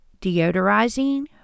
deodorizing